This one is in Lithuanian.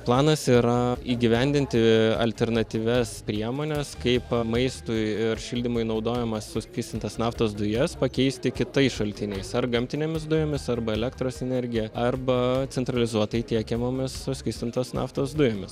planas yra įgyvendinti alternatyvias priemones kaip maistui ir šildymui naudojamas suskystintas naftos dujas pakeisti kitais šaltiniais ar gamtinėmis dujomis arba elektros energija arba centralizuotai tiekiamomis suskystintos naftos dujomis